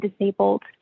disabled